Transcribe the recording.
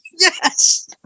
Yes